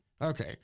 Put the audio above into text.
Okay